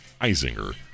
Isinger